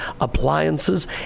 appliances